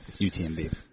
UTMB